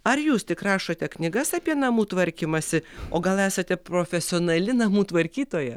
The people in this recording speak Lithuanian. ar jūs tik rašote knygas apie namų tvarkymąsi o gal esate profesionali namų tvarkytoja